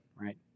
right